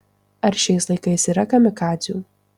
ar šiais laikais yra kamikadzių